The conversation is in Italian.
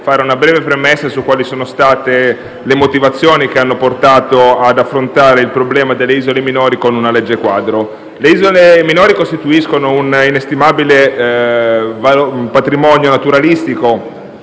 fare una breve premessa su quali sono state le motivazioni che hanno portato ad affrontare il problema delle isole minori con una legge quadro. Le isole minori costituiscono un inestimabile patrimonio naturalistico,